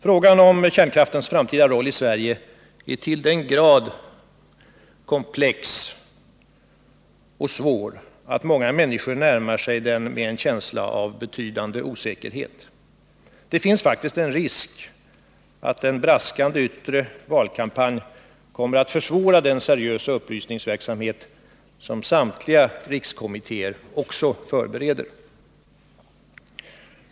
Frågan om kärnkraftens framtida roll i Sverige är till den grad komplex och svår att många människor närmar sig den med en känsla av betydande osäkerhet. Det finns faktiskt en risk för att en braskande yttre valkampanj kommer att försvåra den seriösa upplysningsverksamhet som samtliga rikskommittéer också förbereder.